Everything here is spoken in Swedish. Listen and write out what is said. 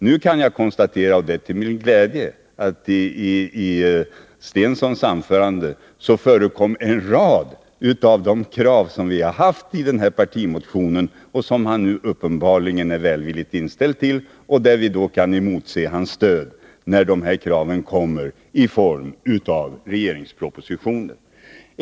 Nu kan jag till min glädje konstatera att i Börje Stenssons anförande förekom en rad av de krav som vi har framställt i vår partimotion och som han nu uppenbarligen är välvilligt inställd till. Vi torde alltså kunna motse hans stöd, när dessa krav nu kommer i form av regeringspropositioner.